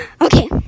Okay